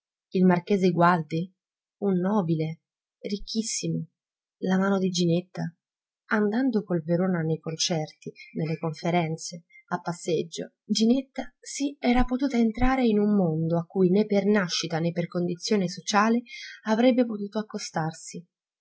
il marchese gualdi un nobile ricchissimo la mano di ginetta andando col verona nei concerti nelle conferenze a passeggio ginetta sì era potuta entrare in un mondo a cui né per nascita né per condizione sociale avrebbe potuto accostarsi